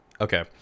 okay